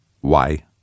Why